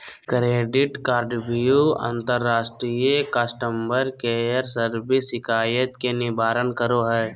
credit कार्डव्यू अंतर्राष्ट्रीय customer care service शिकायत के निवारण करो हइ